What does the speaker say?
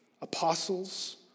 Apostles